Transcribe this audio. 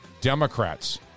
Democrats